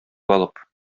алып